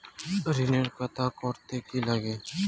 ঋণের খাতা করতে কি লাগে?